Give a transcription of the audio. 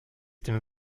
den